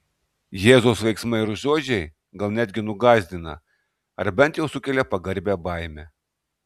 jėzaus veiksmai ir žodžiai gal netgi nugąsdina ar bent jau sukelia pagarbią baimę